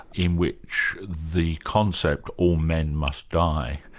in which the concept all men must die,